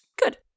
Good